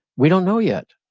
we don't know yet.